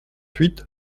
huit